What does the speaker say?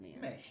man